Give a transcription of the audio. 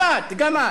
גם את, גם את.